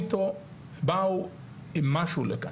באו עם משהו לכאן